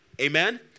amen